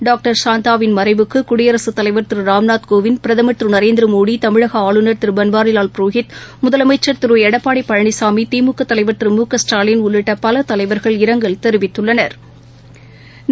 doctor சாந்தாவின் மறைவுக்குகுடியரசுத் தலைவர் திருராம்நாத் கோவிந்த் பிரதமர் திருநரேந்திரமோடி தமிழகஆளுநர் திருபன்வாரிவால் புரோஹித் முதலமைச்சர் திருஎடப்பாடிபழனிசாமி திமுகதலைவர் திருமுகஸ்டாலின் உள்ளிட்டபலதலைவா்கள் இரங்கல் தெரிவித்துள்ளனா்